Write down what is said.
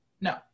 no